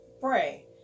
Bray